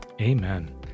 Amen